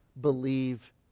believe